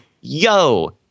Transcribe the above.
yo